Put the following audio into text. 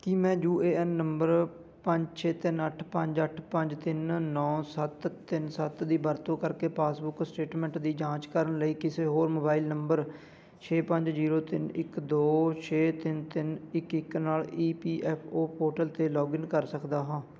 ਕੀ ਮੈਂ U A N number ਪੰਜ ਛੇ ਤਿੰਨ ਅੱਠ ਪੰਜ ਅੱਠ ਪੰਜ ਤਿੰਨ ਨੌਂ ਸੱਤ ਤਿੰਨ ਸੱਤ ਦੀ ਵਰਤੋਂ ਕਰਕੇ ਪਾਸ ਬੁੱਕ ਸਟੇਟਮੈਂਟ ਦੀ ਜਾਂਚ ਕਰਨ ਲਈ ਕਿਸੇ ਹੋਰ ਮੋਬਾਇਲ ਨੰਬਰ ਛੇ ਪੰਜ ਜੀਰੋ ਤਿੰਨ ਇੱਕ ਦੋ ਛੇ ਤਿੰਨ ਤਿੰਨ ਇੱਕ ਇੱਕ ਨਾਲ E P F O portal 'ਤੇ ਲੌਗਇਨ ਕਰ ਸਕਦਾ ਹਾਂ